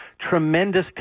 tremendous